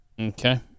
Okay